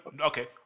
Okay